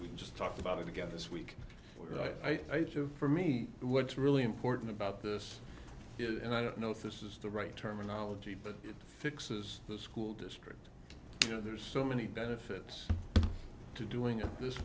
we just talked about it together this week i thought of for me what's really important about this and i don't know if this is the right terminology but fixes the school district you know there's so many benefits to doing it this